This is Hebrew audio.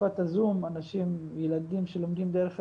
שבתקופת הזום אנשים, ילדים שלומדים דרך הזום.